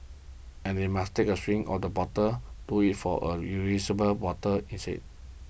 and if they must take a swig of the bottle do it for a reusable bottle instead